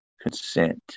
consent